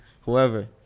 whoever